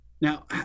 Now